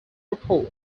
report